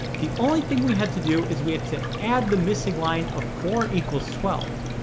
the only thing we had to do is we had to add the missing line of four equals twelve.